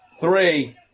three